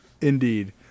Indeed